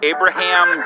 Abraham